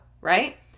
right